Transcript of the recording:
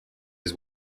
his